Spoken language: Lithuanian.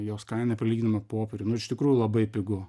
jos kaina prilyginama popieriui nu ir iš tikrųjų labai pigu